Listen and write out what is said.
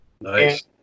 nice